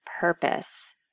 Purpose